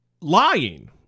lying